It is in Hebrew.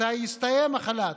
מתי יסתיים החל"ת?